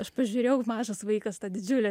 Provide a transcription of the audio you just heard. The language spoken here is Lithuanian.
aš pažiūrėjau mažas vaikas tą didžiulę